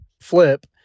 flip